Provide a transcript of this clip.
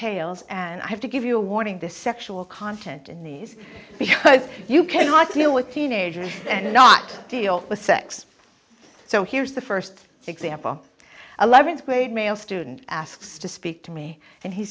tales and i have to give you a warning this sexual content in these because you cannot deal with teenagers and not deal with sex so here's the first example eleventh grade male student asks to speak to me and he